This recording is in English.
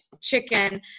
chicken